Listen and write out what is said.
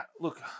look